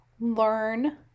learn